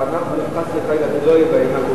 בתשובה, סליחה, לא הבנתי.